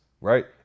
Right